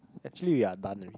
actually we are done